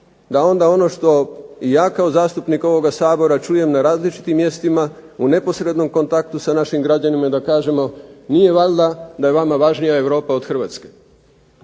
da onda ono što ja kao zastupnik ovoga Sabora čujem na različitim mjestima u neposrednom kontaktu sa našim građanima i da kažemo nije valjda da je vama važnija Europa od Hrvatska